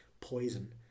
poison